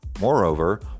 Moreover